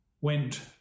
went